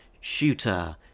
shooter